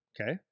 okay